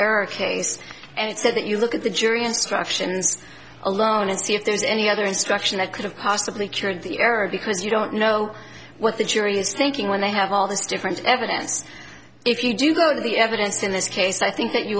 error case and it's said that you look at the jury instructions alone and see if there's any other instruction that could have possibly cured the error because you don't know what the jury is thinking when they have all this different evidence if you do go to the evidence in this case i think that you